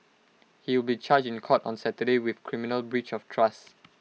he will be charged in court on Saturday with criminal breach of trust